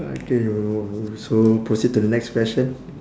okay we'll so proceed to the next question